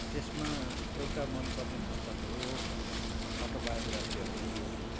त्यसमा एउटा मनपर्ने पुस्तक हो अटोबायोग्राफी अफ अ योगी